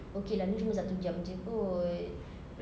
okay lah ini cuma satu jam jer kot